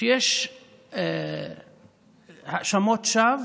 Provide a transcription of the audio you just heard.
שיש האשמות שווא